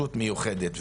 רגישות מיוחדת,